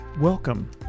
welcome